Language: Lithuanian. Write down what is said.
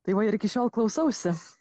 tai ir iki šiol klausausi